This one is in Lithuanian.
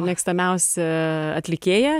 mėgstamiausia atlikėja